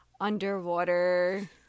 underwater